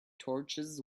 torches